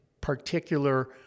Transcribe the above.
particular